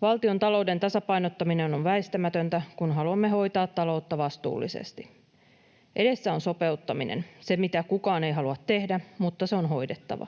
Valtiontalouden tasapainottaminen on väistämätöntä, kun haluamme hoitaa taloutta vastuullisesti. Edessä on sopeuttaminen — se, mitä kukaan ei halua tehdä, mutta se on hoidettava.